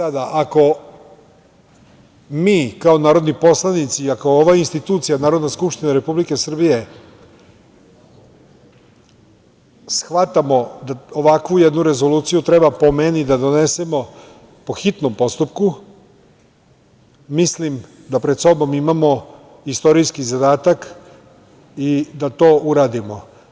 Ako mi kao narodni poslanici i ako ova institucija Narodna skupština Republike Srbije shvatamo shvatamo da ovakvu jednu rezoluciju treba, po meni, da donesemo po hitnom postupku, mislim da pred sobom imamo istorijski zadatak i da to uradimo.